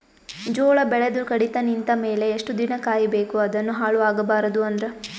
ಜೋಳ ಬೆಳೆದು ಕಡಿತ ನಿಂತ ಮೇಲೆ ಎಷ್ಟು ದಿನ ಕಾಯಿ ಬೇಕು ಅದನ್ನು ಹಾಳು ಆಗಬಾರದು ಅಂದ್ರ?